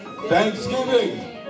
Thanksgiving